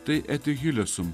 tai eti hilesum